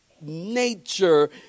nature